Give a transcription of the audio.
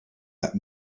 that